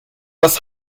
das